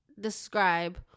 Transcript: describe